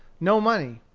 no money.